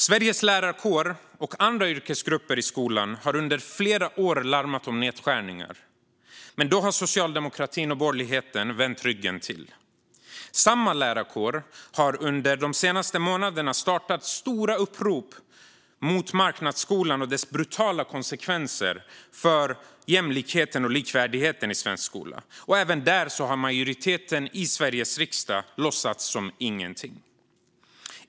Sveriges lärarkår och andra yrkesgrupper i skolan har under flera år larmat om nedskärningar, men då har socialdemokratin och borgerligheten vänt ryggen till. Samma lärarkår har under de senaste månaderna startat stora upprop mot marknadsskolan och dess brutala konsekvenser för jämlikheten och likvärdigheten i svensk skola. Även där har majoriteten i Sveriges riksdag låtsas som ingenting.